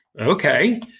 Okay